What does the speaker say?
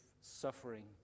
suffering